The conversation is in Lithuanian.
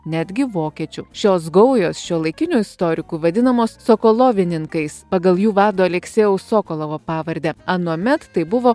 netgi vokiečių šios gaujos šiuolaikinių istorikų vadinamos sokolovininkais pagal jų vado aleksejaus sokolovo pavardę anuomet tai buvo